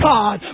God